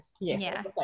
Yes